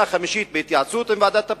שנה חמישית, בהתייעצות עם ועדת הפנים,